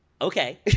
Okay